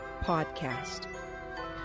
Podcast